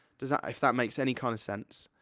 does that, if that makes any kind of sense.